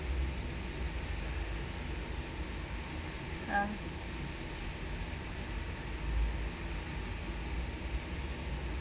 um